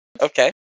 Okay